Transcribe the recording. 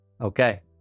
Okay